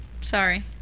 sorry